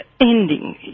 ending